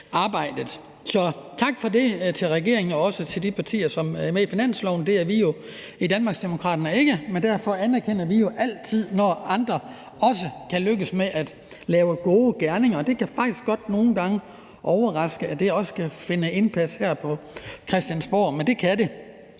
Så tak for det til regeringen og også til de partier, som er med i finanslovsaftalen. Det er vi i Danmarksdemokraterne jo ikke, men derfor anerkender vi det alligevel altid, når andre også kan lykkes med at lave gode gerninger. Det kan faktisk nogle gange godt overraske, at det også kan finde indpas her på Christiansborg, men det kan det.